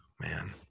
man